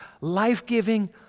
life-giving